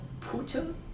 Putin